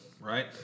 right